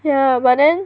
ya but then